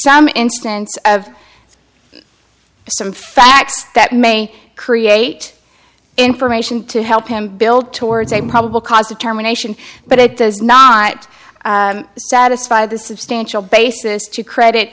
some instance of some facts that may create information to help them build towards a probable cause determination but it does not satisfy the substantial basis to credit